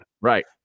right